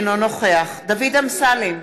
אינו נוכח דוד אמסלם,